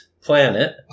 planet